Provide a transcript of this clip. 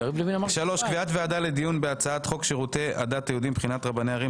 3. קביעת ועדה לדיון בהצעת חוק שירותי הדת היהודיים (בחירות רבני עיר,